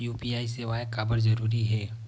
UPI सेवाएं काबर जरूरी हे?